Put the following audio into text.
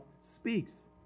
speaks